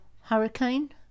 hurricane